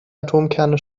atomkerne